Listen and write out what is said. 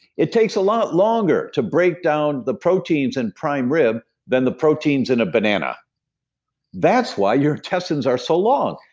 it takes a lot longer to break down the proteins in and prime rib than the proteins in a banana that's why your intestines are so long,